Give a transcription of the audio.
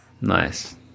Nice